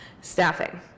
staffing